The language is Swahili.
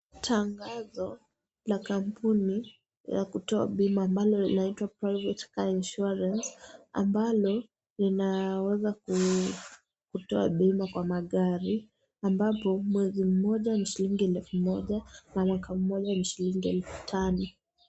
Tangazo la kampuni ya kutoa bima ambalo inaitwa Private Car Insurance, ambalo inaweza kutoa bima kwa magari, ambalo mwezi mmoja ni shilingi elfu moja na mwaka mmoja ni shilingi elfu tano.